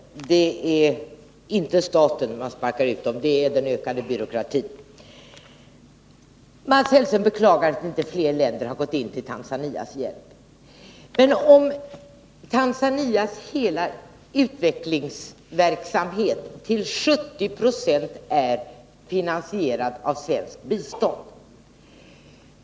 Fru talman! Det är inte staten som sparkar ut dem, utan det är den ökade byråkratin. Mats Hellström beklagar att inte fler länder har trätt in för att hjälpa Tanzania. Tanzanias utvecklingsverksamhet är dock totalt sett finansierad till 70 96 av svenskt bistånd.